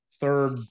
third